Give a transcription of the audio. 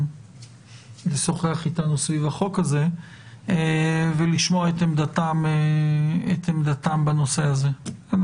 לשוחח אתנו סביב החוק הזה ולשמוע את עמדתם בנושא הזה.